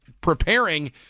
preparing